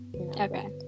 Okay